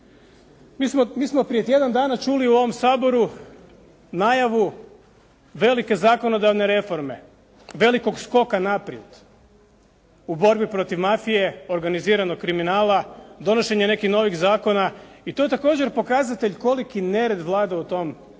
Mi smo prije tjedan dana čuli u ovom Saboru najavu velike zakonodavne reforme, velikog skoka naprijed u borbi protiv mafije, organiziranog kriminala, donošenje nekih novih zakona i to je također pokazatelj koliko nered vlada u tom sektoru